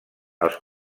els